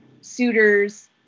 suitors